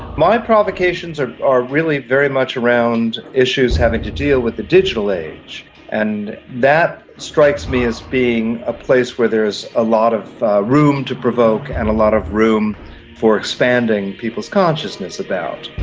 my provocations are are really very much around issues having to deal with the digital age and that strikes me as being a place where there is a lot of room to provoke and a lot of room for expanding people's consciousness about.